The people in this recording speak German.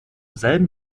selben